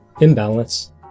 imbalance